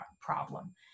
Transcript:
problem